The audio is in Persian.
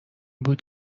بود